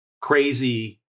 crazy